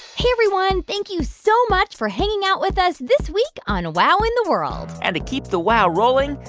hey, everyone. thank you so much for hanging out with us this week on wow in the world and to keep the wow rolling,